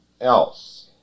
else